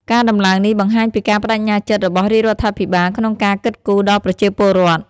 ការដំឡើងនេះបង្ហាញពីការប្តេជ្ញាចិត្តរបស់រាជរដ្ឋាភិបាលក្នុងការគិតគូរដល់ប្រជាពលរដ្ឋ។